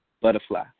Butterfly